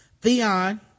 theon